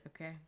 okay